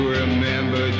remember